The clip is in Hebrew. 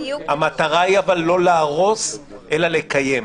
אבל המטרה היא לא להרוס אלא לקיים.